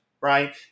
right